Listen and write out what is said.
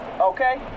okay